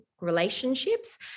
relationships